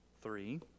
three